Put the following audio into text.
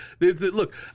Look